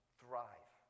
thrive